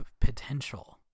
potential